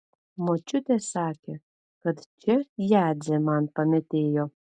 močiutė sakė kad čia jadzė man pametėjo